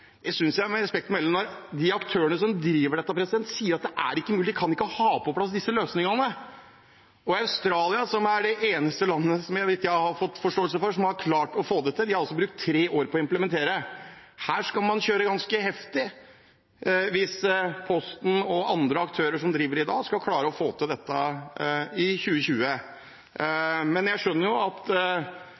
Med respekt å melde, de aktørene som driver dette, sier at det er ikke mulig, de kan ikke få på plass disse løsningene. Australia, som er det eneste landet, så vidt jeg har forstått, som har klart å få det til, har brukt tre år på implementering. Her skal man kjøre ganske heftig hvis Posten og andre aktører som driver i dag, skal klare å få til dette i 2020. Det er mange ting man kan ønske seg. Jeg skjønner